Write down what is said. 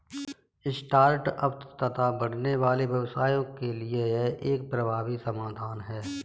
start ups तथा बढ़ने वाले व्यवसायों के लिए यह एक प्रभावी समाधान है